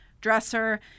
dresser